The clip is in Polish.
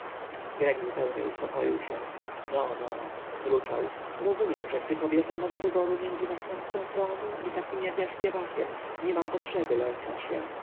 grek zupełnie uspokoił się no no mruczał rozumiem że gdy kobieta ma do wyboru między następcą tronu i takim jak ja śpiewakiem nie mam potrzeby lękać się